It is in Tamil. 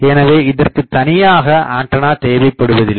எனவே இதற்கு தனியாக ஆண்டனா தேவைபடுவதில்லை